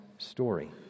story